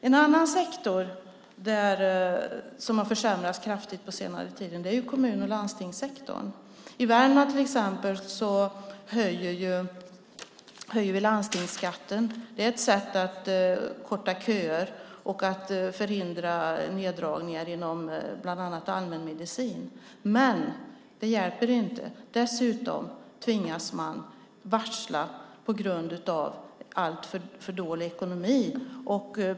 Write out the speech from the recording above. En annan sektor som har försämrats kraftigt på senare tid är kommun och landstingssektorn. I Värmland höjer vi till exempel landstingsskatten. Det är ett sätt att korta köer och att förhindra neddragningar inom bland annat allmänmedicin. Men det hjälper inte. Dessutom tvingas man varsla på grund av alltför dålig ekonomi.